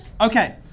Okay